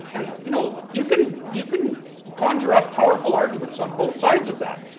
and you know, you can you can conjure up powerful arguments on both sides of that.